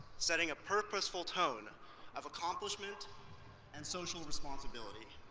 setting a purposeful tone of accomplishment and social responsibility